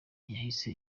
ntiyahise